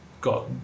got